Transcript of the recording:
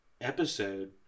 episode